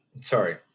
sorry